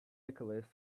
nicholas